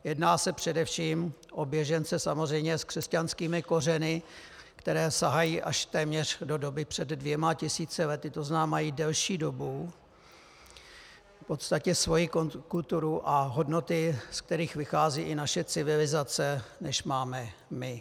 Jedná se především o běžence samozřejmě s křesťanskými kořeny, které sahají až téměř do doby před dvěma tisíci lety, to znamená, mají delší dobu v podstatě svoji kulturu a hodnoty, z kterých vychází i naše civilizace, než máme my.